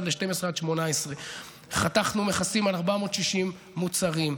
ל-12 עד 18. חתכנו מכסים על 460 מוצרים,